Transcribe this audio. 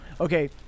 Okay